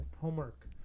Homework